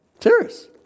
Serious